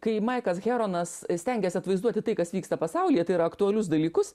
kai maikas heronas stengiasi atvaizduoti tai kas vyksta pasaulyje tai yra aktualius dalykus